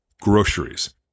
groceries